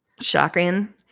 Shocking